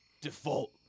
default